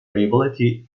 variability